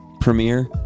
Premiere